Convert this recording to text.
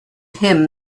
him